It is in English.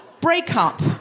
breakup